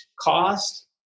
cost